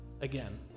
again